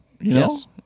Yes